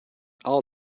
all